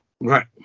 Right